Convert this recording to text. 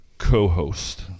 co-host